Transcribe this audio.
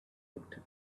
looked